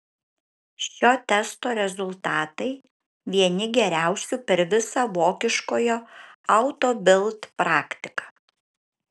šio testo rezultatai vieni geriausių per visą vokiškojo auto bild praktiką